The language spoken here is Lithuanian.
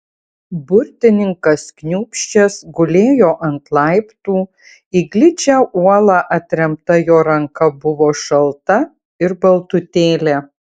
burtininkas kniūbsčias gulėjo ant laiptų į gličią uolą atremta jo ranka buvo šalta ir baltutėlė